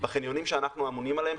החניונים שאנחנו אמונים עליהם,